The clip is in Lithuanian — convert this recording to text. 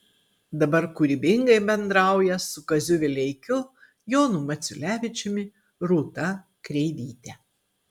dabar kūrybingai bendrauja su kaziu vileikiu jonu maciulevičiumi rūta kreivyte